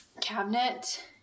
cabinet